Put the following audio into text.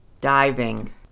Diving